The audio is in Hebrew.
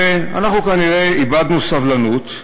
ואנחנו כנראה איבדנו סבלנות,